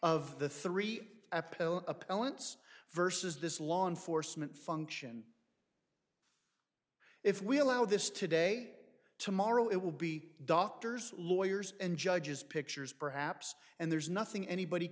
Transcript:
of the three appellants versus this law enforcement function if we allow this today tomorrow it will be doctors lawyers and judges pictures perhaps and there's nothing anybody